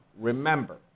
Remember